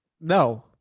no